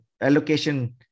allocation